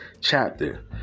chapter